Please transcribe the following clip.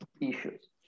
issues